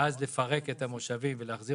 ואז לפרק את המושבים ולהחזיר,